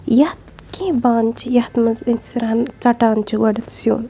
یَتھ کینٛہہ بانہٕ چھِ یَتھ منٛز أسۍ ژَٹان چھِ گۄڈنٮ۪تھ سیُن